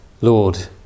Lord